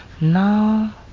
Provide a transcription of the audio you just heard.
Now